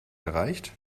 gereicht